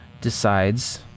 decides